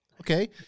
Okay